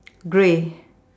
grey